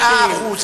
במאה אחוז.